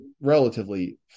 relatively